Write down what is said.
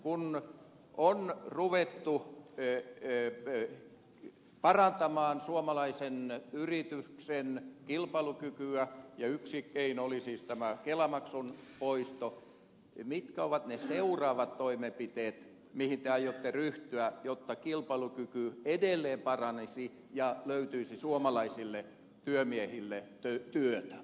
kun on ruvettu parantamaan suomalaisen yrityksen kilpailukykyä ja yksi keino oli siis tämä kelamaksun poisto mitkä ovat ne seuraavat toimenpiteet mihin te aiotte ryhtyä jotta kilpailukyky edelleen paranisi ja löytyisi suomalaisille työmiehille työtä